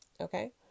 Okay